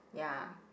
ya